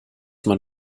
man